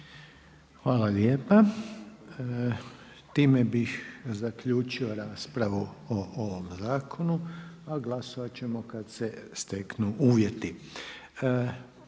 Hvala lijepa. S time zaključujem raspravu, a glasovat ćemo kad se steknu uvjeti.